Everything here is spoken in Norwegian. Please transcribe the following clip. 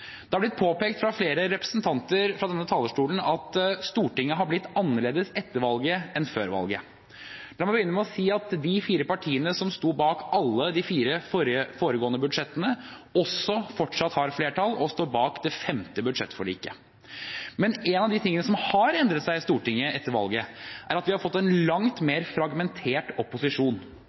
Det har blitt påpekt fra flere representanter fra denne talerstolen at Stortinget har blitt annerledes etter valget. La meg begynne med å si at de fire partiene som sto bak alle de fire foregående budsjettene, fortsatt har flertall og står bak det femte budsjettforliket. Men noe av det som har endret seg i Stortinget etter valget, er at vi har fått en langt mer fragmentert opposisjon.